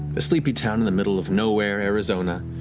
a sleepy town in the middle of nowhere, arizona,